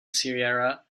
sierra